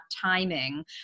timing